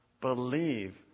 Believe